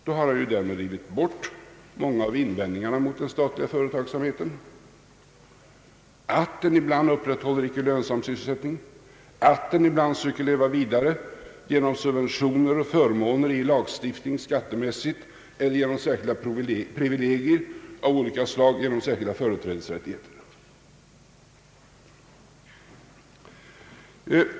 Då har man ju rivit bort många av invändningarna mot den statliga företagsamheten — att den ibland upprätthåller icke lönsam sysselsättning, att den ibland söker leva vidare genom subventioner och förmåner i lagstiftningen, skattemässigt eller genom särskilda privilegier av olika slag, alltså genom särskilda företrädesrättigheter.